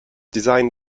design